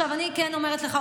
אני כן אומרת לך,